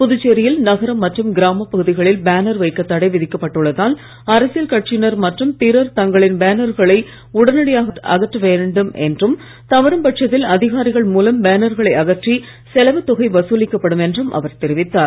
புதுச்சேரியில் நகரம் மற்றும் கிராம பகுதிகளில் பேனர் வைக்கத் தடை விதிக்கப்பட்டுள்ளதால் அரசியல் கட்சியினர் மற்றும் பிறர் தங்களின் பேனர்களை உடனடியாக அகற்ற வேண்டும் என்றும் தவறும்பட்சத்தில் அதிகாரிகள் தொகை வசூலிக்கப்படும் என்றும் அவர் தெரிவித்தார்